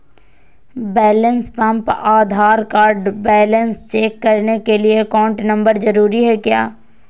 Balance pump Aadhaar card balance check करने के लिए अकाउंट नंबर जरूरी है क्या?